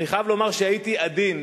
אני חייב לומר שהייתי עדין,